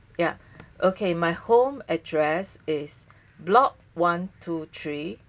ya okay my home address is block one two three